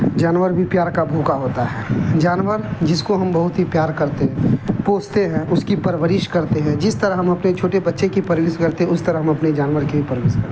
جانور بھی پیار کا بھوکا ہوتا ہے جانور جس کو ہم بہت ہی پیار کرتے ہیں پوستے ہیں اس کی پرورش کرتے ہیں جس طرح ہم اپنے چھوٹے بچے کی پرورش کرتے ہیں اس طرح ہم اپنے جانور کی بھی پروش کرتے ہیں